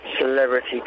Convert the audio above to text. celebrity